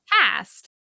past